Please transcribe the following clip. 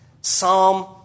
psalm